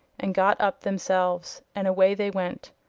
and got up themselves, and away they went,